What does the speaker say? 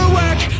work